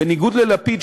בניגוד ללפיד,